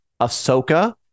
Ahsoka